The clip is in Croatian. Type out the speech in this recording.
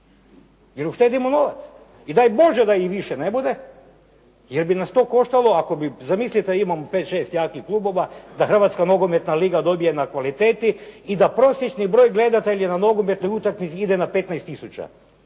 jer uštedimo novac i daj Bože da ih više ne bude jer bi nas to koštalo ako bi, zamislite da imam 5, 6 jakih klubova da Hrvatska nogometna liga dobije na kvaliteti i da prosječni broj gledatelja na nogometnoj utakmici ide na 15